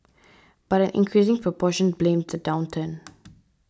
but an increasing proportion blamed the downturn